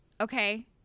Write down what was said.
Okay